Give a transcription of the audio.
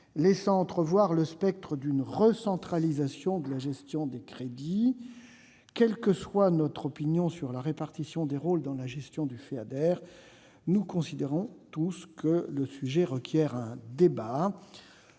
laissant entrevoir le spectre d'une recentralisation de la gestion des crédits. Quelle que soit notre opinion sur la répartition des rôles dans la gestion du Feader, nous considérons tous que le sujet requiert un débat.